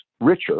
richer